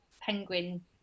Penguin